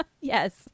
Yes